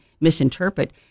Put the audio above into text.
misinterpret